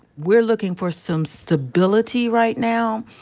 we're looking for some stability right now.